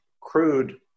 crude